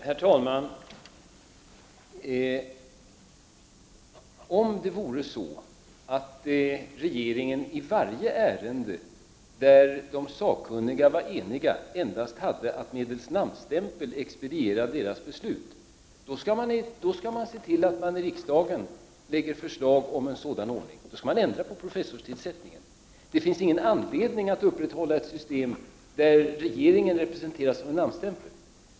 Herr talman! Om det vore så att regeringen i varje ärende där de sakkunniga var eniga endast hade att medelst namnstämpel expediera deras beslut, skall man se till att man i riksdagen lägger fram förslag om en sådan ordning. Då skall man ändra på förfarandet med professorstillsättning. Det finns ingen anledning att upprätthålla ett system där regeringen representeras av en namnstämpel.